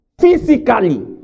physically